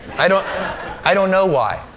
i don't i don't know why.